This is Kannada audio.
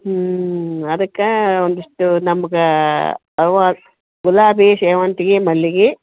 ಹ್ಞೂ ಅದಕ್ಕೆ ಒಂದಿಷ್ಟು ನಮ್ಗೆ ಅವು ಗುಲಾಬಿ ಸೇವಂತ್ಗೆ ಮಲ್ಲಿಗೆ